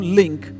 link